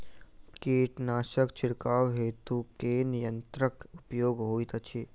कीटनासक छिड़काव हेतु केँ यंत्रक प्रयोग होइत अछि?